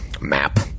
map